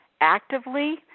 actively